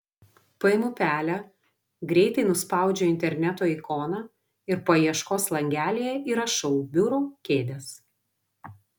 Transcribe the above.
paimu pelę greitai nuspaudžiu interneto ikoną ir paieškos langelyje įrašau biuro kėdės